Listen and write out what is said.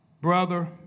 brother